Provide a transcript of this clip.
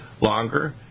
longer